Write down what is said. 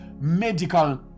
medical